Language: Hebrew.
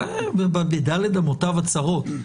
בד' אמותיו הצרות.